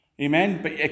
Amen